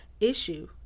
issue